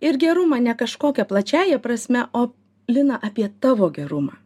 ir gerumą ne kažkokia plačiąja prasme o lina apie tavo gerumą